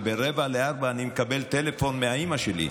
וב-03:45 אני מקבל טלפון מאימא שלי.